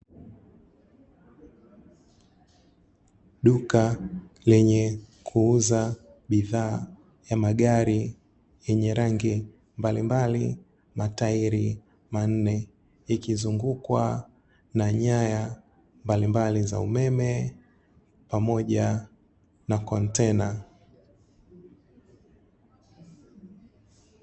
Duka lenye kuuza bidhaa ya magari, yenye rangi mbalimbali, matairi manne. Ikizungukwa na nyaya mbalimbali za umeme, pamoja na kontena.